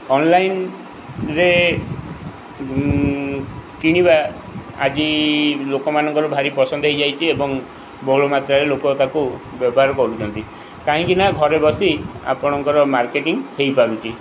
ଅନ୍ଲାଇନ୍ରେ କିଣିବା ଆଜି ଲୋକମାନଙ୍କର ଭାରି ପସନ୍ଦ ହୋଇଯାଇଛି ଏବଂ ବହୁଳ ମାତ୍ରାରେ ଲୋକ ତାକୁ ବ୍ୟବହାର କରୁଛନ୍ତି କାହିଁକିନା ଘରେ ବସି ଆପଣଙ୍କର ମାର୍କେଟିଂ ହୋଇପାରୁଛି